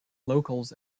locals